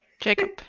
jacob